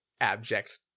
abject